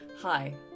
hi